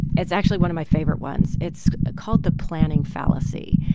it's actually one of my favorite ones. it's called the planning fallacy.